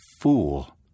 fool